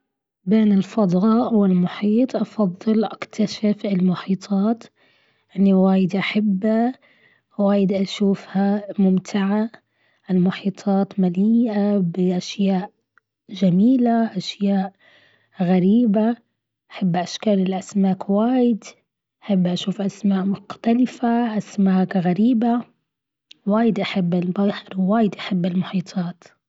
بين الفضاء والمحيط أفضل أكتر شئء المحيطات. يعني وايد أحبه وايد أشوفها ممتعة. المحيطات مليئة بإشياء جميلة أشياء غريبة. أحب أشكال الأسماك وايد شوف أسماء مختلفة أسماك غريبة وايد أحب البحر وايد أحب المحيطات.